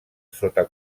sota